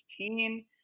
16